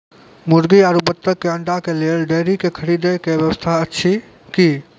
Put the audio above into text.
मुर्गी आरु बत्तक के अंडा के लेल डेयरी के खरीदे के व्यवस्था अछि कि?